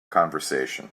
conversation